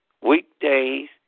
weekdays